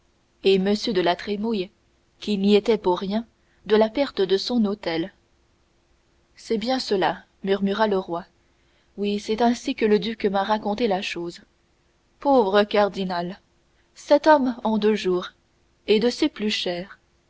et m de la trémouille qui n'y était pour rien de la perte de son hôtel c'est bien cela murmurait le roi oui c'est ainsi que le duc m'a raconté la chose pauvre cardinal sept hommes en deux jours et de ses plus chers